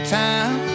time